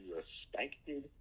respected